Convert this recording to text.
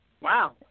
Wow